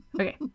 okay